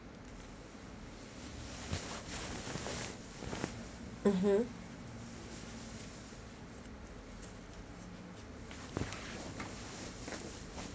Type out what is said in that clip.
mmhmm